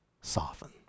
soften